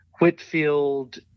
Whitfield